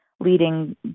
leading